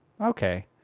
Okay